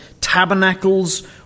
tabernacles